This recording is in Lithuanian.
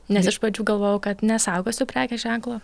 nes iš pradžių galvojau kad nesaugosiu prekės ženklo